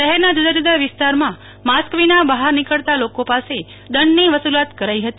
શહેરના જુદા જુદા વિસ્તારમાં માસ્ક વિના બહાર નીકળતા લોકો પાસે દંડની વસૂલાત કરાઇ હતી